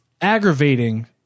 aggravating